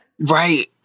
Right